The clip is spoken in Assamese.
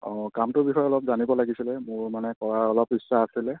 অঁ কামটোৰ বিষয়ে অলপ জানিব লাগিছিলে মোৰ মানে কৰা অলপ ইচ্ছা আছিলে